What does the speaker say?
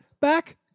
Back